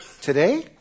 today